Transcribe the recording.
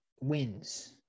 wins